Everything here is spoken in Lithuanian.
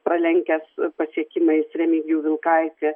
pralenkęs pasiekimais remigijų vilkaitį